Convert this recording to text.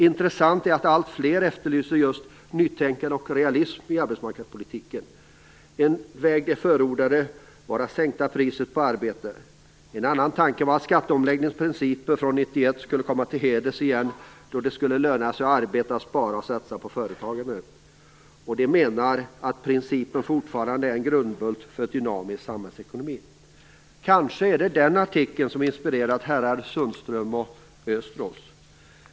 Intressant är att allt fler efterlyser just nytänkande och realism i arbetsmarknadspolitiken. En väg de förordade var att sänka priset på arbete. En annan tanke var att skatteomläggningens principer från 1991 skulle komma till heders igen, då det skulle löna sig att arbeta, spara och satsa på företagande. De menar att den principen fortfarande är en grundbult för en dynamisk samhällsekonomi. Kanske är det den artikeln som har inspirerat herrarna Sundström och Östros.